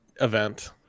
event